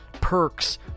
perks